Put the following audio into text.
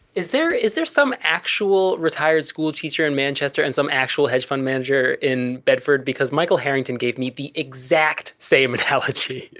is there, is there some actual retired school teacher in manchester and some actual hedge fund manager in bedford? because michael harrington gave me the exact same analogy.